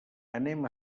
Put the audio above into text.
anem